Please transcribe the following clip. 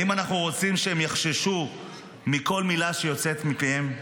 האם אנחנו רוצים שהם יחששו מכל מילה שיוצאת מפיהם?